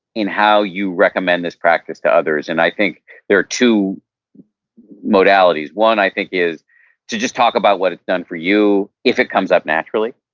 in how you recommend this practice to others, and i think there are two modalities one, i think is to just talk about what it's done for you, if it comes up naturally.